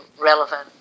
relevant